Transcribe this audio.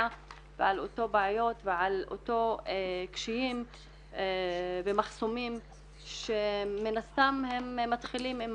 ועל אותן בעיות ועל אותם קשיים ומחסומים שמן הסתם הם מתחילים עם